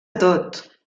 tot